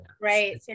right